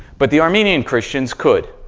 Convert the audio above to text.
but the armenian christians could.